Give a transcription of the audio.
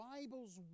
Bible's